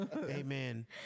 Amen